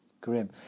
grim